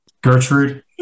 Gertrude